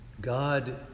God